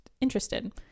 interested